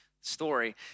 story